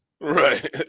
Right